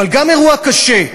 אבל גם אירוע קשה,